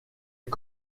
est